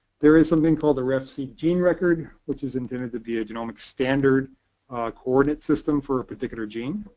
there is something called the refseq gene record, which is intended to be a genomic standard coordinate system for a particular gene.